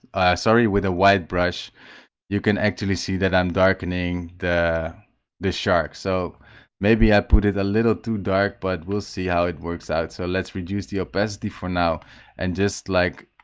sorry with a white brush you can actually see that i'm darkening the the shark so maybe i put it a little too dark but we'll see how it works out so let's reduce the opacity for now and just like